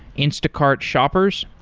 instacart shoppers,